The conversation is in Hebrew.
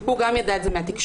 הוא גם יידע את זה מהתקשורת.